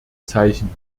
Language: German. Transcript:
zeichen